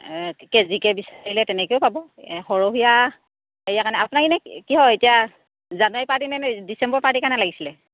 কেজিকে বিচাৰিলে তেনেকেও পাব সৰহীয়াৰ কাৰণে আপোনাক ইনেই কিহৰ এতিয়া জানুৱাৰী পাৰ্টি নে ডিচেম্বৰৰ পাৰ্টিৰ কাৰণে লাগিছিলে